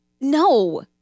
no